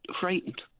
frightened